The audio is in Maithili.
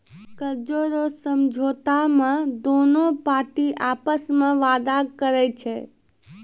कर्जा रो समझौता मे दोनु पार्टी आपस मे वादा करै छै